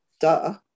duh